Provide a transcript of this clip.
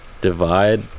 divide